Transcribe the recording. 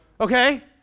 okay